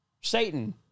Satan